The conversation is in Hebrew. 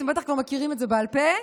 אתם בטח כבר מכירים את זה בעל פה,